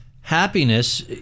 happiness